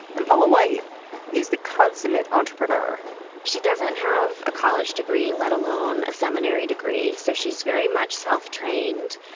and paula white is the consummate entrepreneur she doesn't have a college degree let alone a seminary degree. so she's very much self trained.